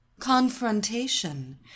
confrontation